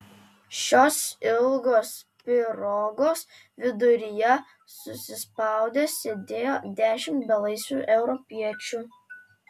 šios ilgos pirogos viduryje susispaudę sėdėjo dešimt belaisvių europiečių